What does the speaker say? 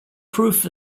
proof